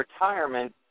retirement